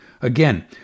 Again